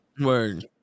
Word